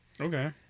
Okay